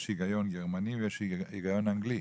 יש היגיון גרמני ויש היגיון אנגלי.